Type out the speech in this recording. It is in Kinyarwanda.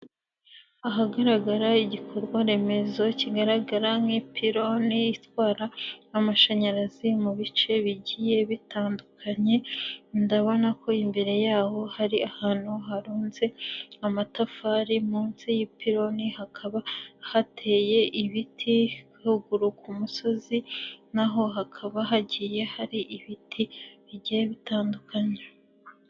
Ahagaragara igikorwaremezo kigaragara nk'ipiloni itwara amashanyarazi mu bice bigiye bitandukanye, ndabona ko imbere yaho hari ahantu harunze amatafari munsi y'ipironi, hakaba hateye ibiti ruguru ku musozi naho hakaba hagiye hari ibiti bigiye bitandukanye.